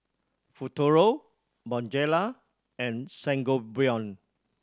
Futuro Bonjela and Sangobion